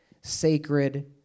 sacred